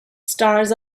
stars